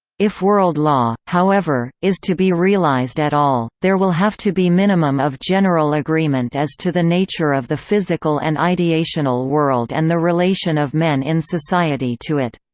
if world law, however, is to be realized at all, there will have to be minimum of general agreement as to the nature of the physical and ideational world and the relation of men in society to it.